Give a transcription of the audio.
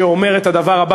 שאומר את הדבר הבא,